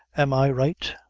am i right?